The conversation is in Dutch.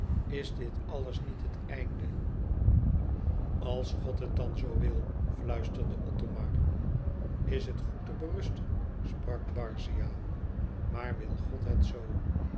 is dit alles niet het einde als god het dan zoo wil fluisterde thomar s het goed te berusten sprak barzia maar wil god het zoo